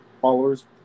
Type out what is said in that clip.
Followers